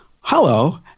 hello